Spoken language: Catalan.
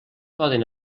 poden